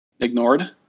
ignored